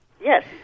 Yes